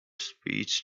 speech